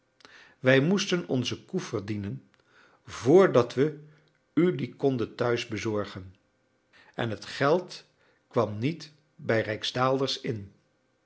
wij moesten onze koe verdienen vr dat we u die konden thuis bezorgen en het geld kwam niet bij rijksdaalders in